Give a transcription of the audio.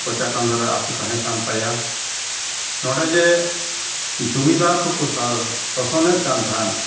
ᱠᱚᱪᱟ ᱠᱟᱸᱫᱚᱨ ᱨᱮ ᱟᱛᱳ ᱛᱟᱦᱮᱸᱠᱟᱱ ᱛᱟᱭᱟ ᱱᱚᱰᱮ ᱡᱮ ᱡᱚᱢᱤᱫᱟᱨᱠᱚᱠᱚ ᱥᱟᱥᱚᱱᱮᱫᱠᱟᱱ ᱛᱟᱦᱮᱱ